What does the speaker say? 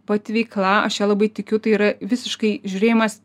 pati veikla aš ja labai tikiu tai yra visiškai žiūrėjimas